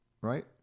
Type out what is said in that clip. right